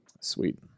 sweet